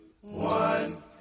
one